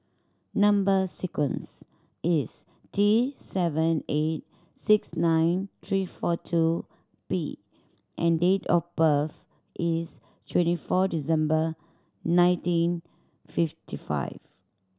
number sequence is T seven eight six nine three four two P and date of birth is twenty four December nineteen fifty five